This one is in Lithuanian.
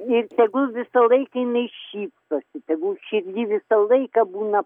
ir tegul visąlaik jinai šypsosi tegu širdy visą laiką būna